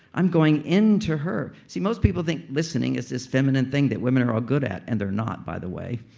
i'm going in to her. see most people think listening is this feminine thing that women are all good at. and they're not, by the way.